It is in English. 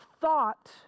thought